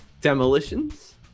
Demolitions